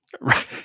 right